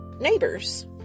neighbors